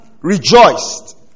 rejoiced